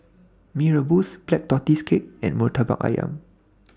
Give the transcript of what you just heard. Mee Rebus Black Tortoise Cake and Murtabak Ayam